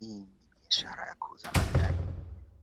Hii ni biashara ya kuuza magari.